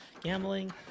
gambling